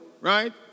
right